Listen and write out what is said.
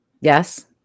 Yes